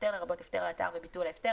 הפטר לרבות הפטר לאלתר וביטול ההפטר,